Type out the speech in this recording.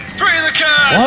free the cats!